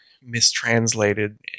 mistranslated